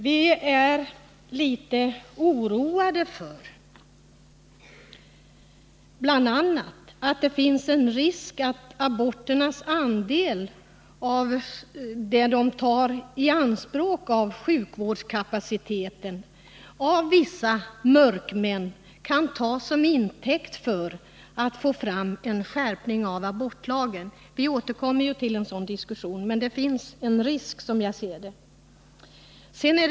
Vi är litet oroade för att det bl.a. finns en risk att den andel av sjukvårdskapaciteten som hänför sig till aborterna av vissa mörkmän tas till intäkt för att det behövs en skärpning av abortlagen. Vi skall ju återkomma till en diskussion om detta, men jag vill nu bara anföra att det enligt min mening finns en risk här.